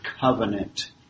covenant